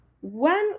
One